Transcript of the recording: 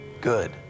Good